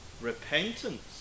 repentance